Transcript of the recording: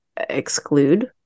exclude